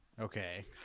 Okay